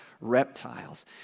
reptiles